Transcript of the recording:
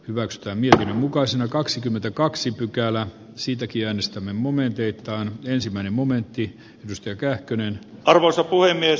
väestön ja mukaisina kaksikymmentäkaksi pykälää siitä kielestämme momenteiltaan ensimmäinen momentti lystiä kähkönen arvoisa puhemies